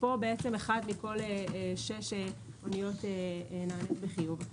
פה אחת מכל שש אוניות נענית בחיוב.